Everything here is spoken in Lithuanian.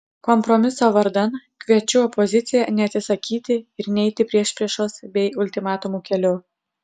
kompromiso vardan kviečiu opoziciją neatsisakyti ir neiti priešpriešos bei ultimatumų keliu